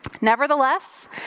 nevertheless